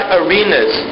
arenas